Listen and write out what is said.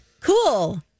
cool